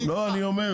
אני איתך,